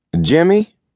Jimmy